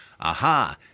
Aha